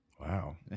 wow